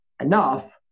enough